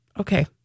okay